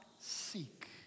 seek